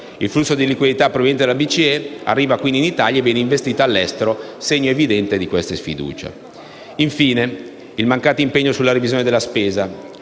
Il flusso di liquidità proveniente dalla Banca centrale europea arriva in Italia e viene investito all'estero, segno evidente di questa sfiducia. Infine, il mancato impegno sulla revisione della spesa